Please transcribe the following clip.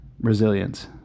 Resilience